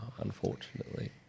unfortunately